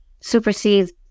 supersedes